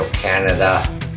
Canada